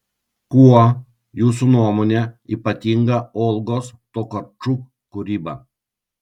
kuo jūsų nuomone ypatinga olgos tokarčuk kūryba